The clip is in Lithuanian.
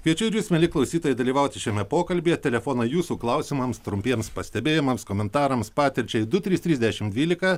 kviečiu ir jus mieli klausytojai dalyvauti šiame pokalbyje telefoną jūsų klausimams trumpiems pastebėjimams komentarams patirčiai du trys trys dešimt dvylika